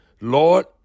Lord